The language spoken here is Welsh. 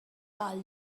dau